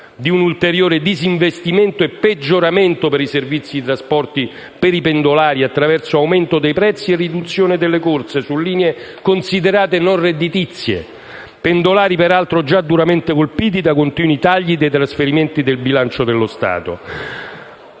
di un ulteriore disinvestimento e peggioramento per i servizi di trasporto per i pendolari, attraverso un aumento dei prezzi e una riduzione delle corse su linee considerate non redditizie; pendolari peraltro già duramente colpiti dai continui tagli dei trasferimenti dal bilancio dello Stato